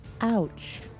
Ouch